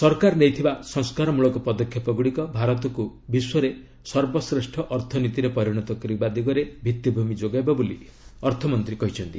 ସରକାର ନେଇଥିବା ସଂସ୍କାରମୂଳକ ପଦକ୍ଷେପଗୁଡ଼ିକ ଭାରତକୁ ବିଶ୍ୱରେ ସର୍ବଶ୍ରେଷ୍ଠ ଅର୍ଥନୀତିରେ ପରିଣତ କରିବା ଦିଗରେ ଭିଭି଼ମି ଯୋଗାଇବ ବୋଲି ଅର୍ଥମନ୍ତ୍ରୀ କହିଛନ୍ତି